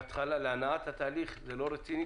להנעת התהליך זה לא רציני.